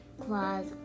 claws